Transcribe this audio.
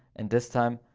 and this time,